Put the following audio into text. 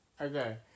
Okay